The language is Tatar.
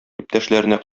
иптәшләренә